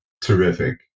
Terrific